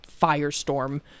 firestorm